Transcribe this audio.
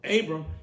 Abram